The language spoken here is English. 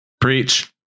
Preach